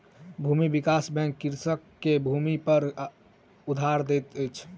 भूमि विकास बैंक कृषक के भूमिपर उधार दैत अछि